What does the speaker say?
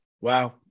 Wow